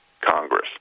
Congress